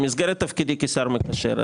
במסגרת תפקידי כשר מקשר,